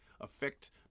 affect